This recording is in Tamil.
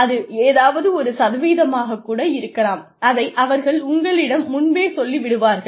அது ஏதாவது ஒரு சதவீதமாகக்கூட இருக்கலாம் அதை அவர்கள் உங்களிடம் முன்பே சொல்லி விடுவார்கள்